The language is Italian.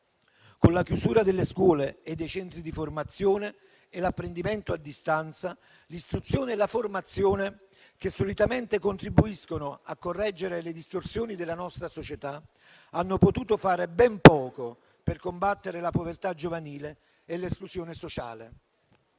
Con la chiusura delle scuole e dei centri di formazione e l'apprendimento a distanza, l'istruzione e la formazione, che solitamente contribuiscono a correggere le distorsioni della nostra società, hanno potuto fare ben poco per combattere la povertà giovanile e l'esclusione sociale.